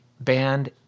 band